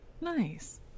nice